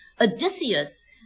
Odysseus